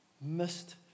missed